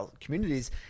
communities